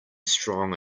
strong